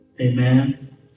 Amen